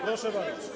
Proszę bardzo.